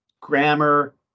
grammar